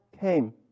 came